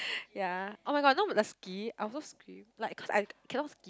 ya [oh]-my-god you know the ski I also scream like cause I cannot ski